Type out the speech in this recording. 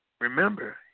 Remember